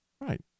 Right